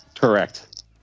Correct